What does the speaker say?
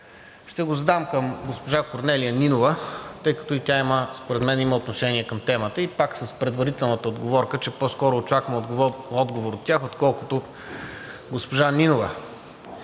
ще го задам към госпожа Корнелия Нинова, тъй като според мен има отношение към темата, и пак с предварителната уговорка, че по-скоро очаквам отговор от тях, отколкото от госпожа Нинова.